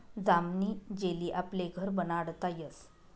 जामनी जेली आपले घर बनाडता यस